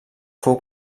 fou